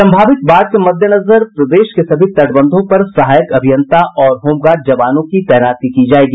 सम्भावित बाढ़ के मद्देनजर प्रदेश के सभी तटबंधों पर सहायक अभियंता और होमगार्ड जवानों की तैनाती की जायेगी